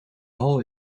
hal